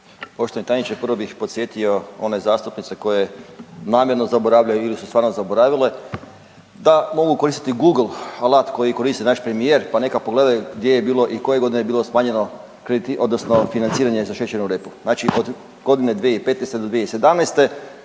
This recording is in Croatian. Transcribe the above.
Poštovani tajniče, prvo bih podsjetio one zastupnice koje namjerno zaboravljaju ili su stvarno zaboravile da mogu koristiti Google, alat koji koristi naš premijer, pa neka pogledaju gdje je bilo i koje godine je bilo smanjeno odnosno financiranje za šećernu repu, znači od godine 2015. do 2017.